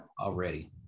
Already